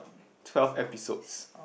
twelve episodes